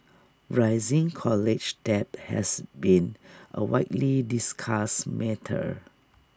rising college debt has been A widely discussed matter